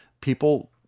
people